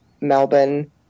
Melbourne